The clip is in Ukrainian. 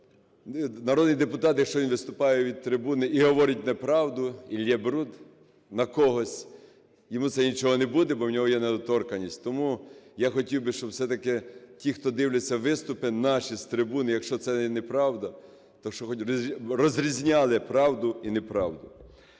народний депутат, якщо він виступає від трибуни і говорить неправду і ллє бруд на когось, йому це нічого не буде, бо в нього є недоторканність. Тому я хотів би, щоб все-таки ті, хто дивляться виступи наші з трибуни, якщо це є неправда, то щоб хоч розрізняли правду і неправду.